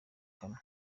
kanwa